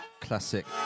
Classic